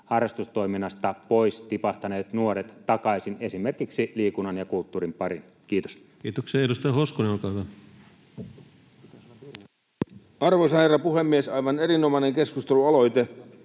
harrastustoiminnasta pois tipahtaneet nuoret takaisin esimerkiksi liikunnan ja kulttuurin pariin? — Kiitos. Kiitoksia. — Ja edustaja Hoskonen, olkaa hyvä. Arvoisa herra puhemies! Aivan erinomainen keskustelualoite.